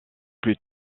plus